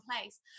place